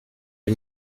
est